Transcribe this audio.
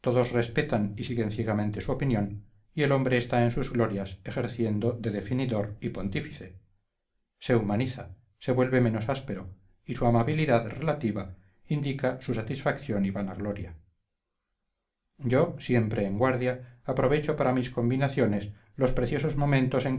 respetan y siguen ciegamente su opinión y el hombre está en sus glorias ejerciendo de definidor y pontífice se humaniza se vuelve menos áspero y su amabilidad relativa indica su satisfacción y vanagloria yo siempre en guardia aprovecho para mis combinaciones los preciosos momentos